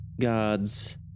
gods